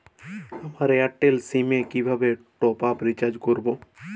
আমার Airtel SIM এ কিভাবে টপ আপ রিচার্জ করবো?